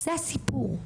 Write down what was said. זה הסיפור,